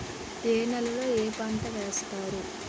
ఏ నేలలో ఏ పంట వేస్తారు?